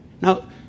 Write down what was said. Now